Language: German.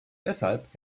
deshalb